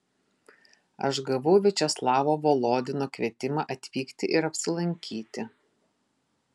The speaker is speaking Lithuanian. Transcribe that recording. aš gavau viačeslavo volodino kvietimą atvykti ir apsilankyti